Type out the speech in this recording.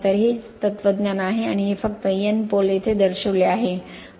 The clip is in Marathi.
तर हे हेच तत्वज्ञान आहे आणि हे फक्त N पोल येथे दर्शविले आहे